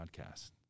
podcast